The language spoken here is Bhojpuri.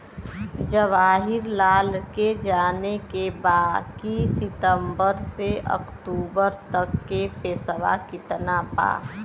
जवाहिर लाल के जाने के बा की सितंबर से अक्टूबर तक के पेसवा कितना बा?